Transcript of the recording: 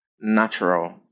natural